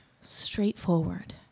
straightforward